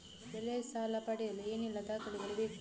ಬೆಳೆ ಸಾಲ ಪಡೆಯಲು ಏನೆಲ್ಲಾ ದಾಖಲೆಗಳು ಬೇಕು?